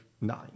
nine